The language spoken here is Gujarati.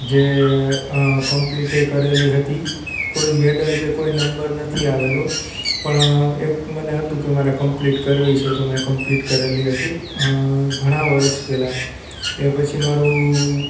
જે કમ્પ્લીટ એ કરેલી હતી કોઈ મેડેલ કે કોઈ નંબર નથી આવેલો પણ એક મને હતું કે મારે કમ્પ્લીટ કરવી છે તો મેં કમ્પ્લીટ કરી હતી ઘણાં વર્ષ પહેલા એ પછી મારુ